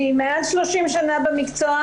אני מעל 30 שנים במקצוע,